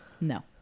No